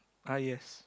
uh yes